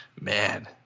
man